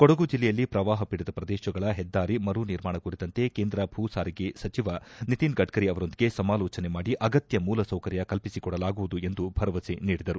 ಕೊಡಗು ಜಿಲ್ಲೆಯಲ್ಲಿ ಶ್ರವಾಹ ಪೀಡಿತ ಶ್ರದೇಶಗಳ ಹೆದ್ದಾರಿ ಮರು ನಿರ್ಮಾಣ ಕುರಿತಂತೆ ಕೇಂದ್ರ ಭೂ ಸಾರಿಗೆ ಸಚಿವ ನಿತಿನ್ ಗಡ್ಡರಿ ಅವರೊಂದಿಗೆ ಸಮಾಲೋಚನೆ ಮಾಡಿ ಅಗತ್ವ ಮೂಲ ಸೌಕರ್ಯ ಕಲ್ಪಿಸಿಕೊಡಲಾಗುವುದು ಎಂದು ಭರವಸೆ ನೀಡಿದರು